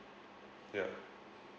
ya